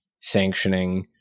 sanctioning